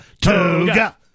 Toga